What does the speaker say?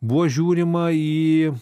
buvo žiūrima į